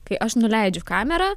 kai aš nuleidžiu kamerą